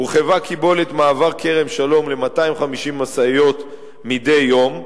הורחבה קיבולת מעבר כרם-שלום ל-250 משאיות מדי יום,